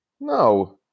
no